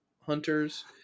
hunters